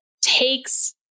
takes